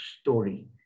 story